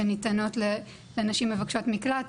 שניתנות לנשים מבקשות מקלט,